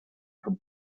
from